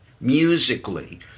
musically